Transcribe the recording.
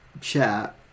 chat